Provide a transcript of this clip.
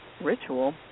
ritual